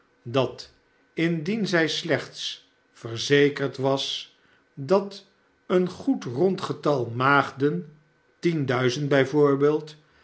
dat indien zij slechts verzekerd was dat een goed rond getal maagden